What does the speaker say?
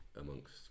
amongst